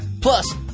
Plus